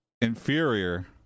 inferior